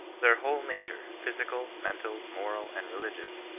their whole nature, physical, mental, moral, and religious,